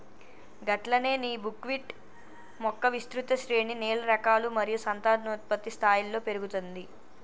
గట్లనే నీ బుక్విట్ మొక్క విస్తృత శ్రేణి నేల రకాలు మరియు సంతానోత్పత్తి స్థాయిలలో పెరుగుతుంది